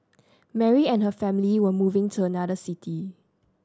Mary and her family were moving to another city